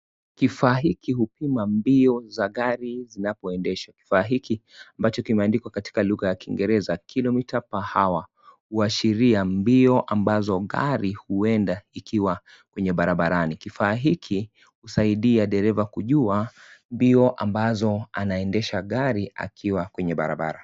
Kifaa hiki hupima mbio za gari zinapoendeshwa. Kifaa hiki ambacho kimeandikwa katika lugha ya kiingereza kilometer per hour huashiria mbio ambazo gari huenda ikiwa kwenye barabarani. Kifaa hiki husaidia dereva kujua mbio ambazo anaendesha gari akiwa kwenye barabara.